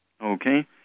Okay